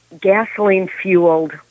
gasoline-fueled